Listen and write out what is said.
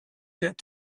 get